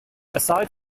aside